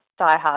diehard